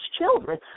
children